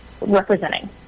representing